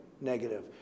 negative